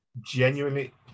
genuinely